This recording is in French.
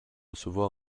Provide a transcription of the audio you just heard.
recevoir